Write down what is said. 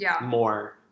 more